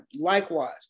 likewise